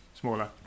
Smaller